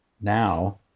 now